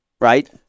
right